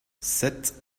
sept